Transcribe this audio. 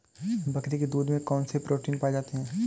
बकरी के दूध में कौन कौनसे प्रोटीन पाए जाते हैं?